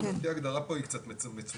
לדעתי ההגדרה פה היא קצת מצומצמת.